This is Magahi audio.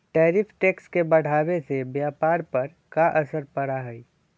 टैरिफ टैक्स के बढ़ावे से व्यापार पर का असर पड़ा हई